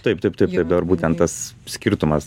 taip taip taip dabar būtent tas skirtumas